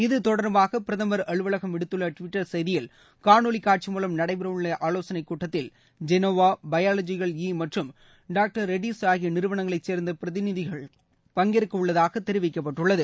இது தொடர்பாக பிரதமர் அலுவலகம் விடுத்துள்ள டுவிட்டர் செய்தியில் காணொலி காட்சி மூலம் நடைபெற உள்ள ஆலோசனை கூட்டத்தில் ஜெனோவா பயாலஜிக்கல் இ மற்றும் டாக்டர் ரெட்டிஸ் ஆகிய நிறுவனங்களை சேர்ந்த பிரதிநிதிகள் பங்கேற்க உள்ளதாக தெரிவிக்கப்பட்டுள்ளது